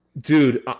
Dude